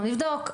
אנחנו נבדוק.